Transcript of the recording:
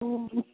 ଉଁ ହୁଁ